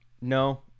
no